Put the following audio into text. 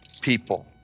people